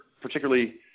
particularly